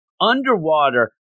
underwater